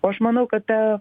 o aš manau kad ta